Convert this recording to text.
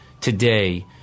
today